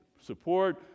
support